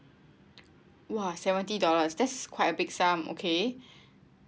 !wah! seventy dollars there's quite a big sum okay